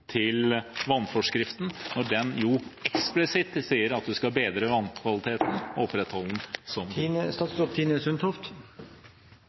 til vannforskriften som jo eksplisitt sier at man skal bedre vannkvaliteten og opprettholde den som